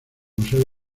museo